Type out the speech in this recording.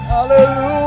Hallelujah